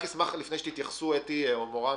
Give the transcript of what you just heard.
אתי, מורן,